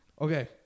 Okay